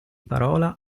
parola